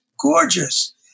gorgeous